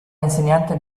insegnante